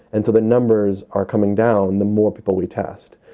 and so the numbers are coming down, the more people we test.